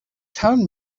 tone